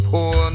Poor